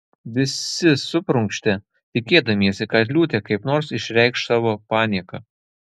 visi suprunkštė tikėdamiesi kad liūtė kaip nors išreikš savo panieką